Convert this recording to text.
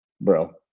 bro